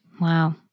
Wow